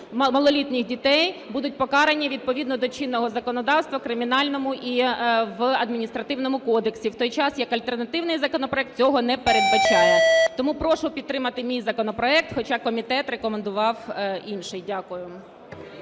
малолітніх дітей, будуть покарані відповідно до чинного законодавства в Кримінальному і в Адміністративному кодексів, в той час як альтернативний законопроект цього не передбачає. Тому прошу підтримати мій законопроект, хоча комітет рекомендував інший. Дякую.